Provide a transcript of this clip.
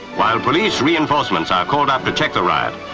while police reinforcements are called up to check the riot,